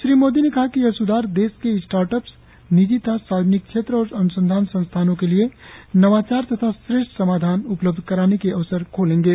श्री मोदी ने कहा कि यह सुधार देश के स्टार्ट अप्स निजी तथा सार्वजनिक क्षेत्र और अनुसंधान संस्थानों के लिए नवाचार तथा श्रेष्ठ समाधान उपलब्ध कराने के अवसर खोलेंगे